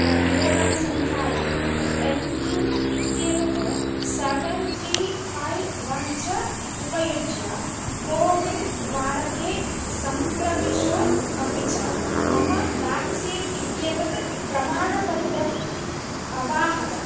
दूरवाणी सङ्ख्यायां M PIN इत्येतत् सेवन् त्रि फै वन् च उपयुज्य कोविन् द्वारके सम्प्रविश अपि च मम व्याक्सीन् इत्येतद् प्रमाणपत्रम् अवाहर